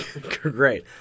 great